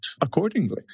accordingly